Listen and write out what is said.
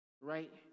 right